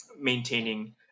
maintaining